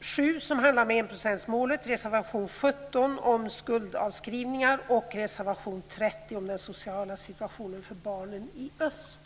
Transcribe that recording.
7 som handlar om enprocentsmålet, reservation 17 om skuldavskrivning och reservation 30 om den sociala situationen för barnen i öst.